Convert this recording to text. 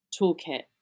toolkit